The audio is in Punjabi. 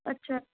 ਅੱਛਾ